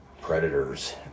predators